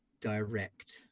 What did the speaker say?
direct